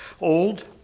old